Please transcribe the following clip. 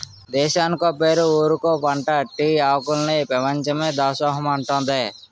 దేశానికో పేరు ఊరికో పంటా టీ ఆకులికి పెపంచమే దాసోహమంటాదే